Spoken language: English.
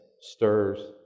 stirs